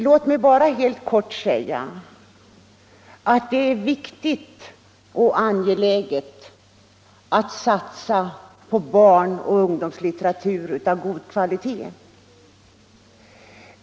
Låt mig bara helt kort säga att det är viktigt och angeläget att satsa på barnoch ungdomslitteratur av god kvalitet.